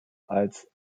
als